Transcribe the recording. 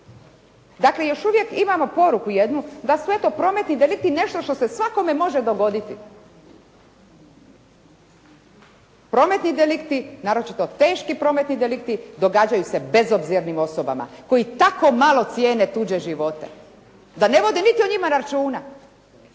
Dakle, još uvijek imamo poruku jednu da su eto prometni delikti nešto što se svakome može dogoditi. Prometni delikti, naročito teški prometni delikti događaju se bezobzirnim osobama koje tako malo cijene tuđe živote da ne vode niti o njima računa.